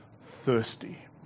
thirsty